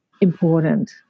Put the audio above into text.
important